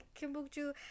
kimbukju